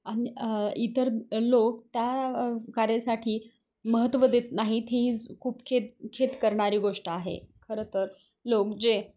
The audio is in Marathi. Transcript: आणि इतर लोक त्या कार्यासाठी महत्त्व देत नाहीत हीच खूप खेद खेद करणारी गोष्ट आहे खरं तर लोक जे